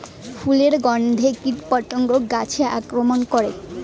ফুলের গণ্ধে কীটপতঙ্গ গাছে আক্রমণ করে?